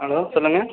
hello சொல்லுங்கள்